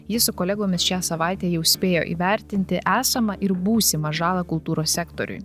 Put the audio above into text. ji su kolegomis šią savaitę jau spėjo įvertinti esamą ir būsimą žalą kultūros sektoriui